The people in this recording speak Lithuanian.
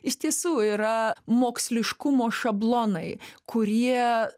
iš tiesų yra moksliškumo šablonai kurie